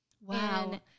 Wow